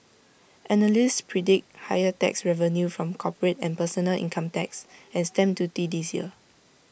analysts predict higher tax revenue from corporate and personal income tax and stamp duty this year